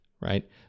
Right